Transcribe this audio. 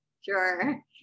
sure